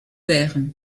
verre